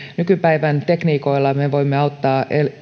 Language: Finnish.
nykypäivän tekniikoilla me voimme auttaa